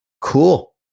Cool